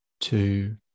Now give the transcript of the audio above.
two